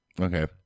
Okay